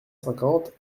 cinquante